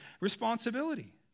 responsibility